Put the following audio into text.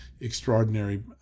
extraordinary